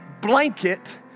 blanket